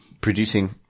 producing